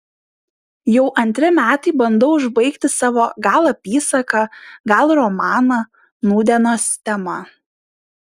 jau antri metai bandau užbaigti savo gal apysaką gal romaną nūdienos tema